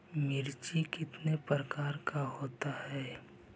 मिर्ची कितने प्रकार का होता है?